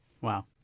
Wow